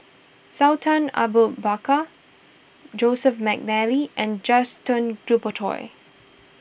Sultan Abu Bakar Joseph McNally and Gaston Dutronquoy